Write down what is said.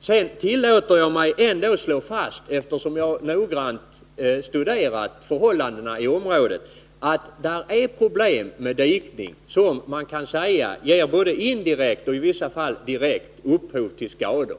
Sedan tillåter jag mig att slå fast — eftersom jag noggrant har studerat förhållandena i området — att det är problem med dikningen, vilken man kan säga ger både indirekt och i vissa fall direkt upphov till skador.